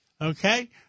Okay